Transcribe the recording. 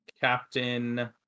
Captain